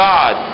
God